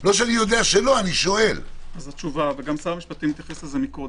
גם שר המשפטים התייחס לזה קודם.